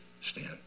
stand